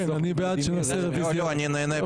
כן, אני בעד שנעשה רביזיה על הכול.